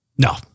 No